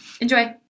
Enjoy